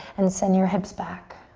and send your hips back,